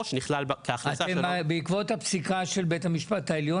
או שנכלל --- בעקבות הפסיקה של בית המשפט העליון,